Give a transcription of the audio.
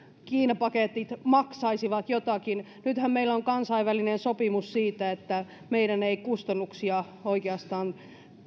kiinapaketit maksaisivat jotakin nythän meillä on kansainvälinen sopimus siitä että meidän ei kustannuksia oikeastaan